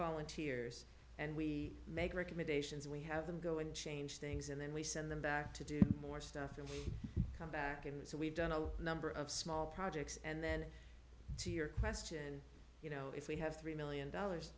volunteers and we make recommendations we have them go and change things and then we send them back to do more stuff and come back and so we've done a number of small projects and then to your question you know if we have three million dollars